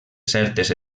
certes